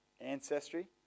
Ancestry